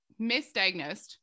misdiagnosed